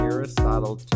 Aristotle